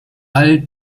all